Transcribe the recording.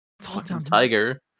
tiger